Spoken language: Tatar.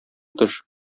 тыш